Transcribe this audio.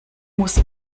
muss